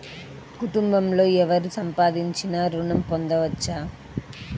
కుటుంబంలో ఎవరు సంపాదించినా ఋణం పొందవచ్చా?